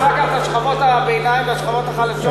הורדתם אחר כך לשכבות הביניים ולשכבות החלשות.